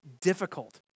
difficult